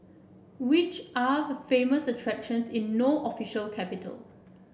which are the famous attractions in No official capital